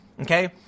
okay